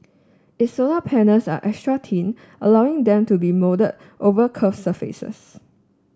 its solar panels are extra thin allowing them to be moulded over curved surfaces